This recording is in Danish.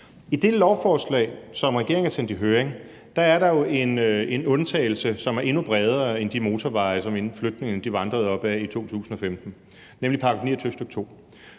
I det lovforslag, som regeringen har sendt i høring, er der jo en undtagelse, som er endnu bredere end de motorveje, som flygtningene vandrede op ad i 2015, nemlig § 29, stk. 2.